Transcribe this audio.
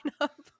up